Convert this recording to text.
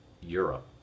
Europe